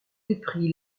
épris